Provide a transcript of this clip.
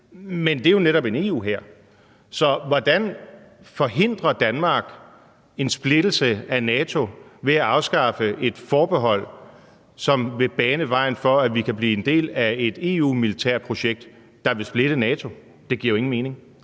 Men det er jo netop en EU-hær. Så hvordan forhindrer Danmark en splittelse af NATO ved at afskaffe et forbehold, som vil bane vejen for, at vi kan blive en del af et EU-militærprojekt, som vil splitte NATO? Det giver jo ingen mening.